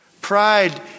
Pride